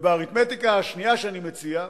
באריתמטיקה השנייה שאני מציע,